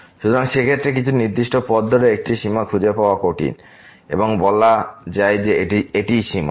সুতরাং সেক্ষেত্রে কিছু নির্দিষ্ট পথ ধরে একটি সীমা খুঁজে পাওয়া কঠিন এবং বলা যে এটিই সীমা